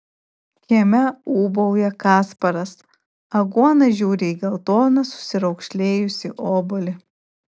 kieme ūbauja kasparas aguona žiūri į geltoną susiraukšlėjusį obuolį